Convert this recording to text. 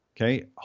Okay